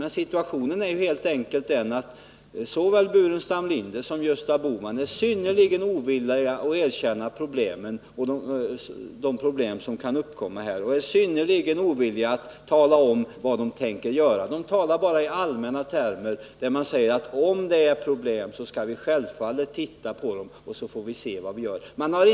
Men situationen är helt enkelt den att såväl Staffan Burenstam Linder som Gösta Bohman är synnerligen ovilliga att erkänna de problem som kan uppkomma i detta sammanhang. De är synnerligen ovilliga att tala om vad de tänker göra. De talar bara i allmänna termer och säger att om det finns problem skall de självfallet titta på dem och se vad de kan göra.